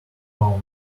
pounder